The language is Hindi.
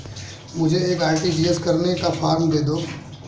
मुझे एक आर.टी.जी.एस करने का फारम दे दो?